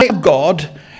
God